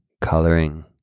coloring